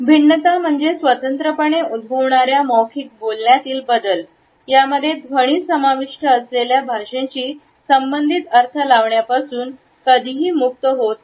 भिन्नता म्हणजे स्वतंत्रपणे उद्भवणाऱ्या मौखिक बोलण्यातील बदल यामध्ये ध्वनी समाविष्ट असलेल्या भाषेशी संबंधित अर्थ लावण्यापासून कधीही मुक्त होत नाही